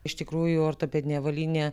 iš tikrųjų ortopedinė avalynė